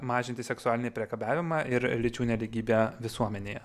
mažinti seksualinį priekabiavimą ir lyčių nelygybę visuomenėje